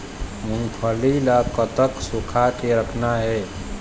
मूंगफली ला कतक सूखा के रखना हे?